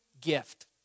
gift